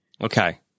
Okay